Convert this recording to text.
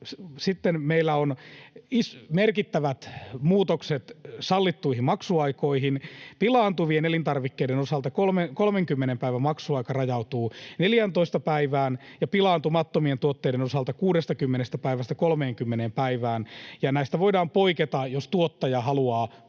Sitten meillä on merkittävät muutokset sallittuihin maksuaikoihin. Pilaantuvien elintarvikkeiden osalta 30 päivän maksuaika rajautuu 14 päivään ja pilaantumattomien tuotteiden osalta 60 päivästä 30 päivään, ja näistä voidaan poiketa, jos tuottaja haluaa poiketa.